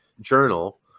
journal